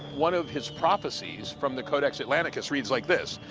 one of his prophecies from the codex atlanticus reads like this,